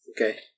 Okay